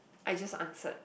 I just answered